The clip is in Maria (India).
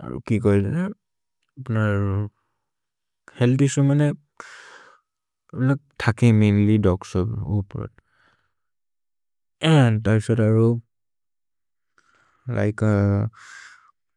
अरो कि कोइ देने? हेअल्थ् इस्सुए मने, थके मैन्ल्य् दोग् इस्सुए। अन्द् तर् प्रिशोद् अरो, लिके,।